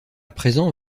présent